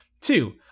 Two